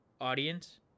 audience